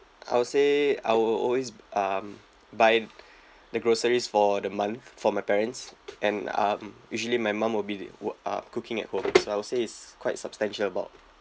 I would say I will always um buy the groceries for the month for my parents and um usually my mom will be the wo~ uh cooking at home so I would say is quite substantial amount